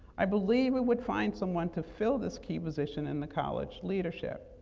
i believed we would find someone to fill this key position in the college leadership.